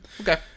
Okay